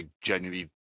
genuinely